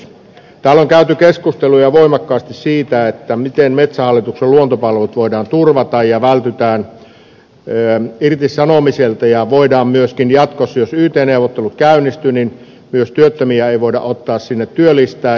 täällä on käyty keskusteluja voimakkaasti siitä miten metsähallituksen luontopalvelut voidaan turvata ja vältytään irtisanomisilta ja että jatkossa jos yt neuvottelut käynnistyvät työttömiä ei myös voida ottaa sinne ja työllistää